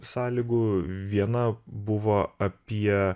sąlygų viena buvo apie